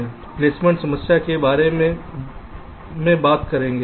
अब एक बात हम प्लेसमेंट समस्या के बारे में बाद में बात करेंगे